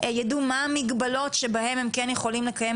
ידעו מה המגבלות שבהן הם כן יכולים לקיים